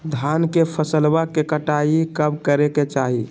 धान के फसलवा के कटाईया कब करे के चाही?